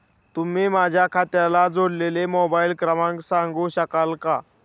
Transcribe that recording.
तुम्ही माझ्या खात्याला जोडलेला मोबाइल क्रमांक सांगू शकाल का?